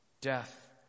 death